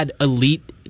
Elite